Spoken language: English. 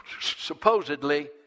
supposedly